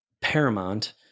paramount